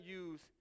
use